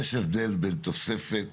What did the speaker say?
יש הבדל בין תוספת